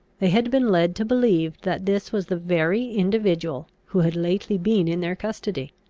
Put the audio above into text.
they had been led to believe that this was the very individual who had lately been in their custody.